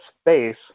space